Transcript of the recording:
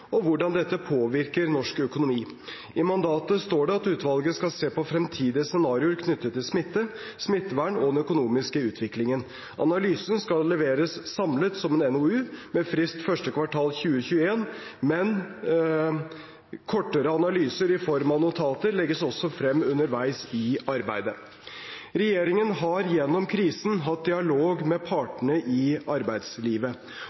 og hvordan dette påvirker norsk økonomi. I mandatet står det at utvalget skal se på fremtidige scenarioer knyttet til smitte, smittevern og den økonomiske utviklingen. Analysen skal leveres samlet, som en NOU, med frist første kvartal 2021, men kortere analyser i form av notater legges også frem underveis i arbeidet. Regjeringen har gjennom krisen hatt dialog med